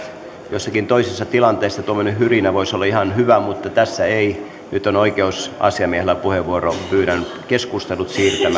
jossakin toisessa tilanteessa tuollainen hyrinä voisi olla ihan hyvä mutta tässä ei nyt on oikeusasiamiehellä puheenvuoro pyydän siirtämään keskustelut